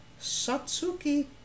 Satsuki